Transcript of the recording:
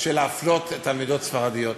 של להפלות תלמידות ספרדיות.